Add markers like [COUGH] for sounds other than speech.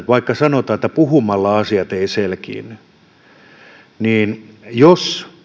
vaikka sanotaan että puhumalla asiat eivät selkiinny että keskustelisimme eläkeläisköyhyydestä jos [UNINTELLIGIBLE]